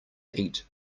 eat